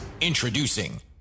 Introducing